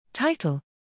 Title